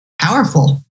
powerful